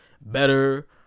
better